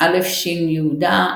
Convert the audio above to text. א"ש יהודה,